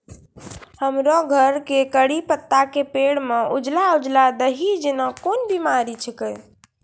हमरो घर के कढ़ी पत्ता के पेड़ म उजला उजला दही जेना कोन बिमारी छेकै?